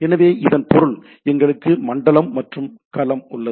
எனவே இதன் பொருள் எங்களுக்கு மண்டலம் மற்றும் களம் உள்ளது